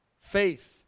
Faith